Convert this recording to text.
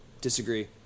Disagree